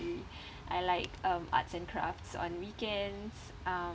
I like um arts and crafts on weekends um